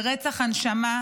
זהו רצח הנשמה,